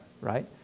right